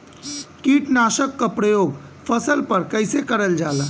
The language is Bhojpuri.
कीटनाशक क प्रयोग फसल पर कइसे करल जाला?